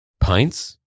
pints